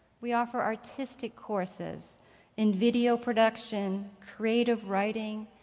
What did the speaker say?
we offer artistic courses in video production, creative writing,